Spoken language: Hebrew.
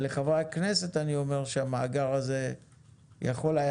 אבל לחברי הכנסת אני אומר שהמאגר הזה יכול היה